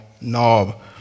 knob